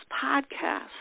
podcast